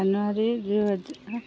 ଜାନୁଆରୀ ଦୁଇହଜାର